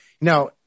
Now